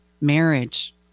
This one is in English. marriage